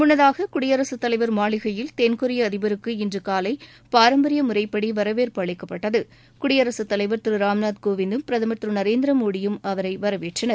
முன்னதாக குடியரகத் தலைவர் மாளிகை முற்றத்தில் தென்கொரிய அதிபருக்கு இன்று காலை பாரம்பரிய முறைப்படி வரவேற்பு அளிக்கப்பட்டது குடியரகத்தலைவர் திரு ராம்நாத் கோவிந்தும் பிரதமர் திரு நரேந்திர மோடியும் அவரை வரவேற்றனர்